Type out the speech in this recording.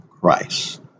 Christ